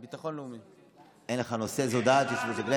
3. הצעת חוק גירוש משפחות מחבלים,